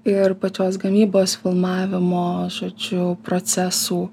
ir pačios gamybos filmavimo žodžiu procesų